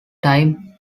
time